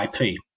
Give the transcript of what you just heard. IP